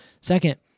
Second